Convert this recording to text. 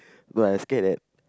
but I scared that